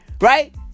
Right